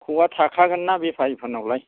ख'आ थाखागोन ना बेफारिफोरनावलाय